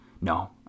No